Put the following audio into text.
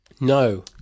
No